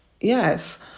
yes